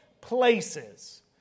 places